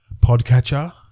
podcatcher